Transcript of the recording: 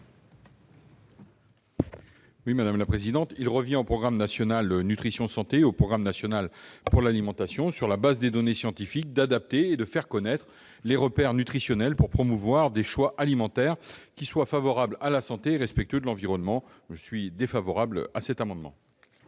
du Gouvernement ? Il revient au programme national nutrition santé et au programme national pour l'alimentation, sur la base des données scientifiques, d'adapter et de faire connaître les repères nutritionnels pour promouvoir des choix alimentaires qui soient favorables à la santé et respectueux de l'environnement. Le Gouvernement